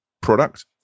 product